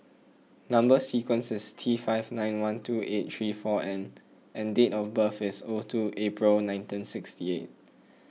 Number Sequence is T five nine one two eight three four N and date of birth is O two April nineteen sixty eight